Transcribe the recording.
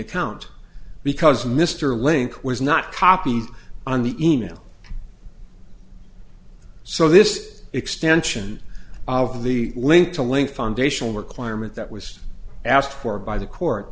account because mr link was not copy on the e mail so this extension of the link to link foundational requirement that was asked for by the court